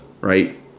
right